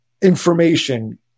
information